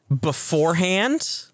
beforehand